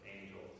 angels